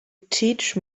teach